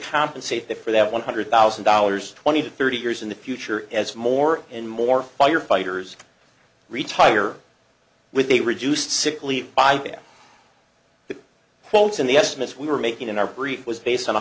compensate for that one hundred thousand dollars twenty to thirty years in the future as more and more firefighters retire with a reduced sick leave by quotes in the estimates we were making in our brief was based on a